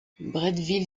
bretteville